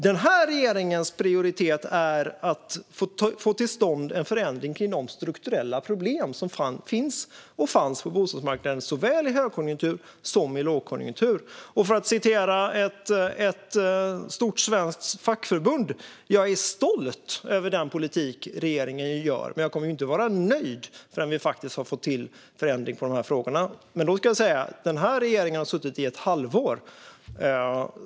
Den här regeringens prioritet är att få till stånd en förändring när det gäller de strukturella problem som finns och fanns på bostadsmarknaden - såväl i högkonjunktur som i lågkonjunktur. Jag kan säga som ett stort svenskt fackförbund sa: Jag är stolt över den politik regeringen för, men jag kommer inte att vara nöjd förrän vi faktiskt har fått till en förändring när det gäller dessa frågor. Men denna regering har suttit i ett halvår.